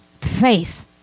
faith